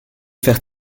faire